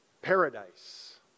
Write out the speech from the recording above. paradise